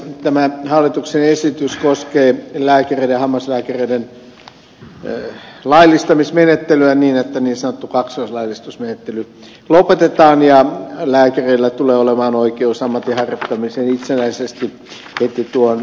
tämä hallituksen esitys koskee lääkäreiden hammaslääkäreiden laillistamismenettelyä niin että niin sanottu kaksoislaillistusmenettely lopetetaan ja lääkäreillä tulee olemaan oikeus ammatinharjoittamiseen itsenäisesti heti tuon lisensiaattitutkinnon jälkeen